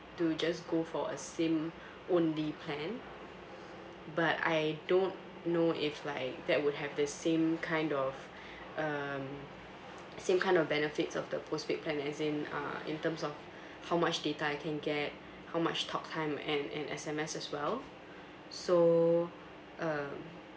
to just go for a SIM only plan but I don't know if like that would have the same kind of um same kind of benefits of the postpaid plan as in uh in terms of how much data I can get how much talk time and S_M_S as well so um